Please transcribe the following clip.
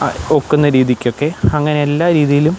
ആ ഒക്കുന്ന രീതിക്കൊക്കെ അങ്ങനെ എല്ലാ രീതിയിലും